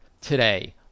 Today